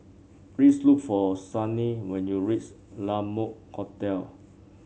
please look for Sunny when you reach La Mode Hotel